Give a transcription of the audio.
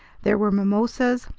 there were mimosas,